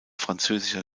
französischer